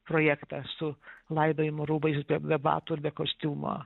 projektą su laidojimo rūbais be be batų ir be kostiumo